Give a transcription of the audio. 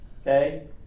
okay